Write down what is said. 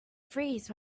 freeze